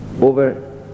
over